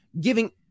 giving